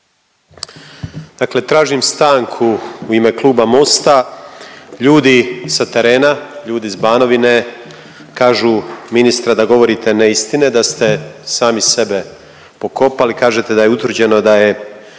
Dakle tražim stanku u ime Kluba Mosta. Ljudi sa terena, ljudi s Banovine kažu ministre da govorite neistine, da ste sami sebe pokopali, kažete da je utvrđeno da je